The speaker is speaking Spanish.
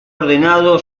ordenado